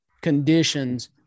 conditions